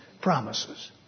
promises